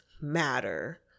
Matter